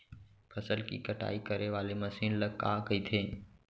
फसल की कटाई करे वाले मशीन ल का कइथे?